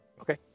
Okay